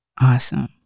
Awesome